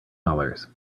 dollars